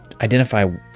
identify